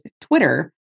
Twitter